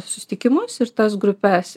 susitikimus ir tas grupes